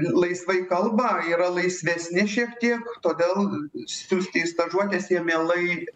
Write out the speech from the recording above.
laisvai kalba yra laisvesni šiek tiek todėl siųsti stažuotes jie mielai